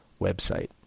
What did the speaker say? website